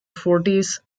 forties